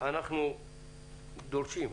אנחנו דורשים,